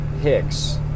Hicks